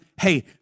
hey